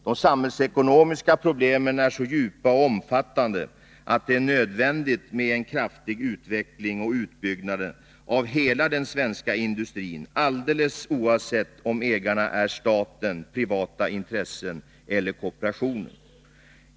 De samhällsekonomiska problemen är så djupa och omfattande att det är nödvändigt med en kraftig utveckling och utbyggnad av hela den svenska industrin, alldeles oavsett om ägarna är staten, privata intressen eller kooperationen.